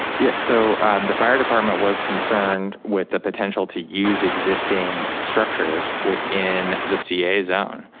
yeah, so and the fire department was concerned with the potential to use existing structures within the ca zone